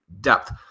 depth